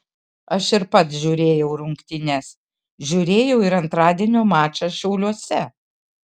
aš ir pats žiūrėjau rungtynes žiūrėjau ir antradienio mačą šiauliuose